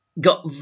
got